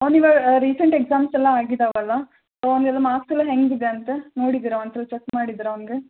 ಅವ್ನು ಇವಾಗ recent exams ಎಲ್ಲ ಆಗಿದಾವಲ್ಲ ಸೊ ಅವ್ನ ಎಲ್ಲ ಮಾರ್ಕ್ಸ್ ಎಲ್ಲ ಹೇಗಿದೆಯಂತೆ ನೋಡಿದ್ದೀರಾ ಒಂದ್ಸಲ ಚೆಕ್ ಮಾಡಿದಿರ ಅವ್ನಿಗೆ